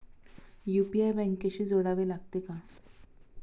UPI बँकेशी जोडावे लागते का?